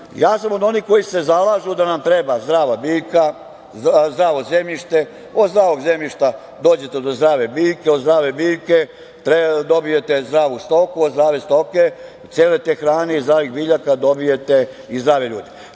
sam od onih koji se zalažu da nam treba zdrava biljka, zdravo zemljište. Od zdravog zemljišta dođete do zdrave biljke, od zdrave biljke treba da dobijete zdravu stoku, a od zdrave stoke cele te hrane iz zdravih biljaka dobijete i zdrave ljude. Da